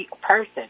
person